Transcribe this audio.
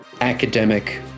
academic